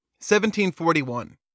1741